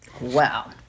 Wow